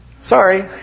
sorry